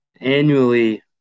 annually